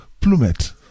plummet